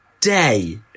day